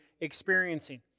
experiencing